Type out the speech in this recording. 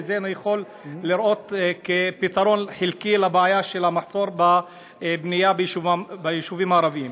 וזה יכול להיות פתרון חלקי לבעיה של מחסור בבנייה ביישובים הערביים.